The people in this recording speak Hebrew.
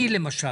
אני למשל.